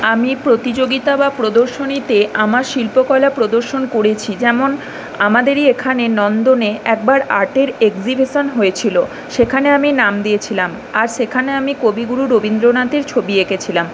আমি প্রতিযোগিতা বা প্রদর্শনীতে আমার শিল্পকলা প্রদর্শন করেছি যেমন আমাদেরই এখানে নন্দনে একবার আর্টের এগজিবিশন হয়েছিল সেখানে আমি নাম দিয়েছিলাম আর সেখানে আমি কবিগুরু রবীন্দ্রনাথের ছবি এঁকেছিলাম